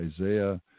Isaiah